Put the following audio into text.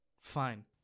Fine